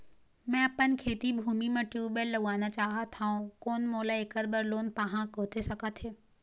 मैं अपन खेती भूमि म ट्यूबवेल लगवाना चाहत हाव, कोन मोला ऐकर बर लोन पाहां होथे सकत हे?